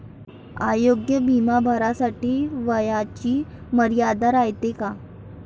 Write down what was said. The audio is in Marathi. आरोग्य बिमा भरासाठी वयाची मर्यादा रायते काय?